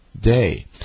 day